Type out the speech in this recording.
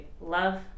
love